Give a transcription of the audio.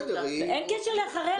אין קשר לאחריה.